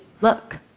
look